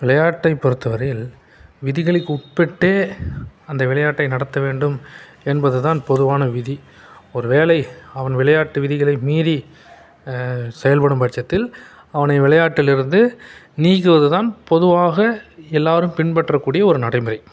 விளையாட்டைப் பொறுத்த வரையில் விதிகளுக்கு உட்பட்டு அந்த விளையாட்டை நடத்த வேண்டும் என்பது தான் பொதுவான விதி ஒரு வேளை அவன் விளையாட்டு விதிகளை மீறி செயல்படும் பட்சத்தில் அவனை விளையாட்டில் இருந்து நீக்குவது தான் பொதுவாக எல்லோரும் பின்பற்றக்கூடிய ஒரு நடைமுறை